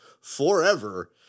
forever